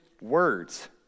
words